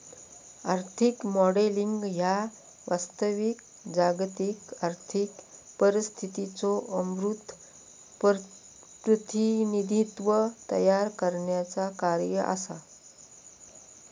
आर्थिक मॉडेलिंग ह्या वास्तविक जागतिक आर्थिक परिस्थितीचो अमूर्त प्रतिनिधित्व तयार करण्याचा कार्य असा